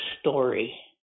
story